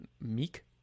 meek